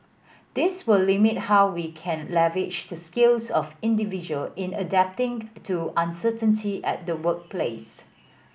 this will limit how we can leverage the skills of individual in adapting to uncertainty at the workplace